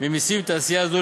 ממסים מתעשייה זו.